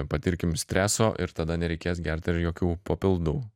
patirkim streso ir tada nereikės gerti ir jokių papildų